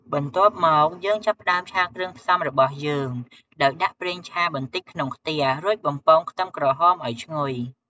បន្ទាប់មក យើងចាប់ផ្តើមឆាគ្រឿងផ្សំរបស់យើងដោយដាក់ប្រេងឆាបន្តិចក្នុងខ្ទះ រួចបំពងខ្ទឹមក្រហមឲ្យឈ្ងុយ។